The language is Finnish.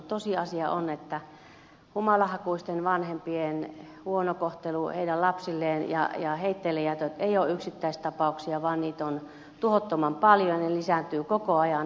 tosiasia on että humalahakuisten vanhempien huonosti kohtelemat lapset ja heitteillejätöt eivät ole yksittäistapauksia vaan niitä tapauksia on tuhottoman paljon ja ne lisääntyvät koko ajan